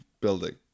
building